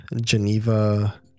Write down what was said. Geneva